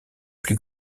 plus